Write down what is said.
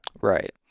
Right